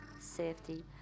safety